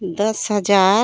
दस हज़ार